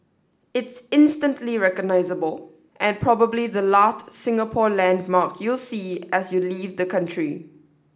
it's instantly recognisable and probably the last Singapore landmark you'll see as you leave the country